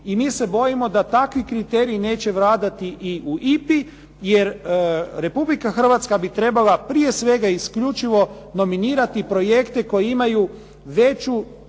i mi se bojimo da takvi kriteriji neće vladati i u IPA-i, jer Republika Hrvatska bi trebala prije svega isključivo nominirati projekte veću